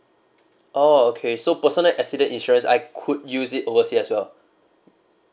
orh okay so personal accident insurance I could use it overseas as well